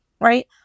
right